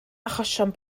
achosion